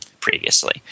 previously